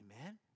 Amen